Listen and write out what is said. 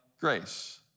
grace